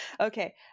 okay